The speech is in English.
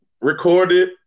recorded